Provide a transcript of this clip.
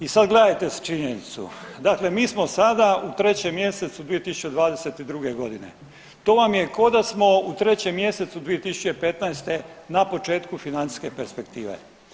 I sag gledajte činjenicu dakle mi smo sada u 3. mjesecu 2022.g., to vam je ko da smo u 3. mjesecu 2015. na početku financijske perspektive.